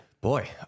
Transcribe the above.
boy